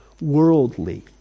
Worldly